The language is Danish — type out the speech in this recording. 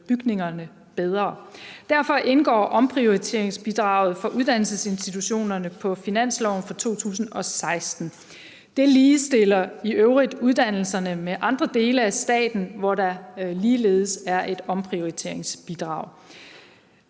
bygningerne bedre. Derfor indgår omprioriteringsbidraget for uddannelsesinstitutionerne på finansloven for 2016. Det ligestiller i øvrigt uddannelserne med andre dele af staten, hvor der ligeledes er et omprioriteringsbidrag.